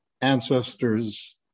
ancestors